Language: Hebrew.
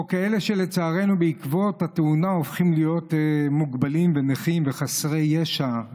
או כאלה שלצערנו בעקבות התאונה הופכים להיות מוגבלים ונכים וחסרי ישע,